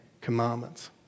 Commandments